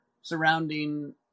surrounding